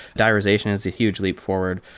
diarization is a huge leap forward.